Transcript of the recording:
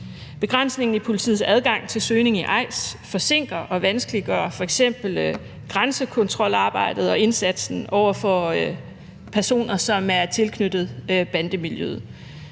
Begrænsningen i politiets adgang til søgning i EIS forsinker og vanskeliggør f.eks. grænsekontrolarbejdet og indsatsen over for personer, som er tilknyttet bandemiljøet.